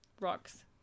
Rocks